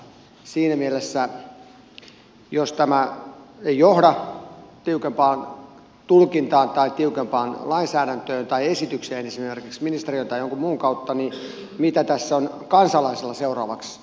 siinä mielessä jos tämä ei johda tiukempaan tulkintaan tai tiukempaan lainsäädäntöön tai esitykseen esimerkiksi ministeriön tai jonkun muun kautta mitä tässä on kansalaisilla seuraavaksi tehtävissä